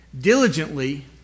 diligently